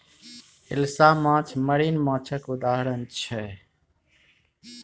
हिलसा माछ मरीन माछक उदाहरण छै